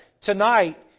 Tonight